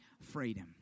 freedom